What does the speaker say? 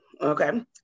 okay